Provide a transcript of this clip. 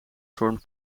storm